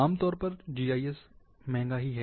आमतौर पर जीआईएस महंगा है